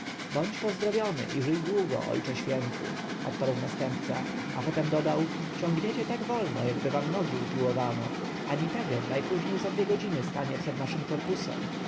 bądź pozdrowiony i żyj długo ojcze święty odparł następca a potem dodał ciągnięcie tak wolno jakby wam nogi upiłowano a nitager najpóźniej za dwie godziny stanie przed naszym korpusem